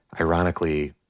ironically